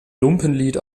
lumpenlied